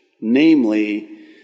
Namely